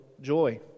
joy